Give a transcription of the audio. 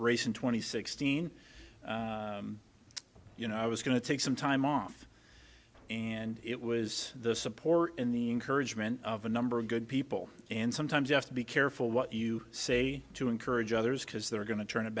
and sixteen you know i was going to take some time off and it was the support in the encouragement of a number of good people and sometimes you have to be careful what you say to encourage others because they're going to turn it